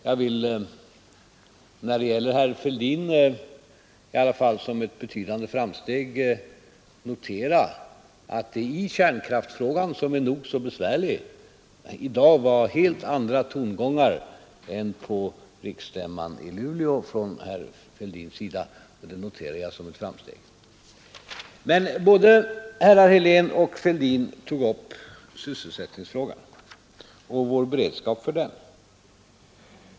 Jag vill när det gäller herr Fälldin i alla fall som ett betydande framsteg notera att det i kärnkraftsfrågan, som är nog så besvärlig, i dag var helt andra tongångar från herr Fälldin än på riksstämman i Luleå, och det noterar jag som ett framsteg. Sysselsättningsfrågan och vår beredskap i det avseendet togs emellertid upp både av herr Helén och av herr Fälldin.